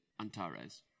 Antares